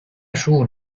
十五